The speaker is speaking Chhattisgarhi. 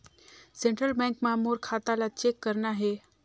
सेंट्रल बैंक मां मोर खाता ला चेक करना हे?